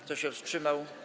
Kto się wstrzymał?